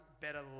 better